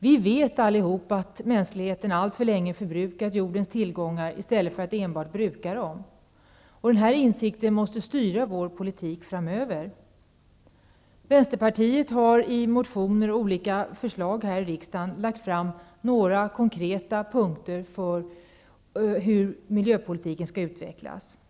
Vi vet allihop att mänskligheten alltför länge förbrukat jordens tillgångar i stället för att bruka dem. Denna insikt måste styra vår politik framöver. Vänsterpartiet har i motioner och olika förslag här i riksdagen lagt fram några konkreta punkter för hur miljöpolitiken skall utvecklas.